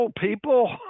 people